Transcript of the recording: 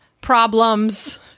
problems